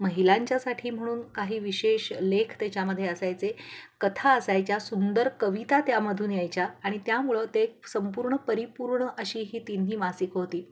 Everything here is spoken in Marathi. महिलांच्यासाठी म्हणून काही विशेष लेख त्याच्यामध्ये असायचे कथा असायच्या सुंदर कविता त्यामधून यायच्या आणि त्यामुळं ते संपूर्ण परिपूर्ण अशी ही तिन्ही मासिकं होती